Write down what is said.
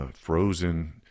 frozen